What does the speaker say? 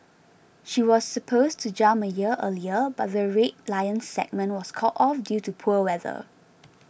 she was supposed to jump a year earlier but the Red Lions segment was called off due to poor weather